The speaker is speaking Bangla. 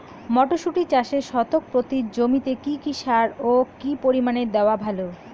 মটরশুটি চাষে শতক প্রতি জমিতে কী কী সার ও কী পরিমাণে দেওয়া ভালো?